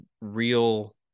real